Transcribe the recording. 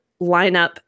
lineup